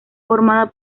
formada